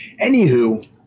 Anywho